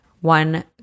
one